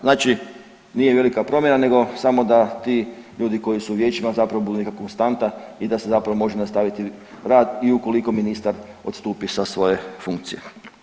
Znači nije velika promjena nego samo da ti ljudi koji su u vijećima budu neka konstanta i da se zapravo može nastaviti rad i ukoliko ministar odstupi sa svoje funkcije.